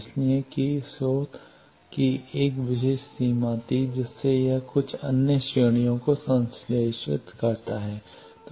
इसलिए कि स्रोत की एक विशेष सीमा थी जिससे यह कुछ अन्य श्रेणियों को संश्लेषित करता है